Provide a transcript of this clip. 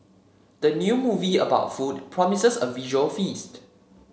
the new movie about food promises a visual feast